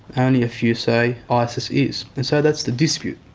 only a few say isis is. and so that's the dispute.